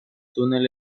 túnel